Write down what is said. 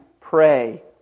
pray